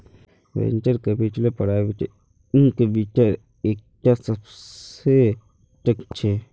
venture capital private इक्विटीर एक टा सबसेट छे